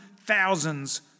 thousands